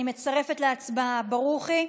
אני מצרפת להצבעה, ברוכי?